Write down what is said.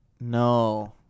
no